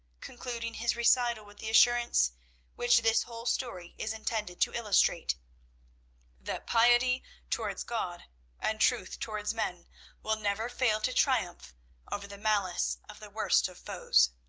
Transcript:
concluding his recital with the assurance which this whole story is intended to illustrate that piety towards god and truth towards men will never fail to triumph over the malice of the worst of foes.